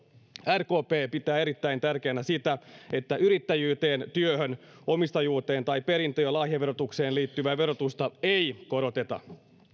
rkp pitää erittäin tärkeänä sitä että yrittäjyyteen työhön omistajuuteen tai perintö ja lahjaverotukseen liittyvää verotusta ei koroteta